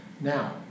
Now